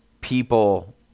people